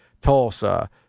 Tulsa